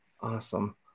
Awesome